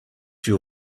your